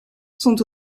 sont